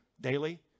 daily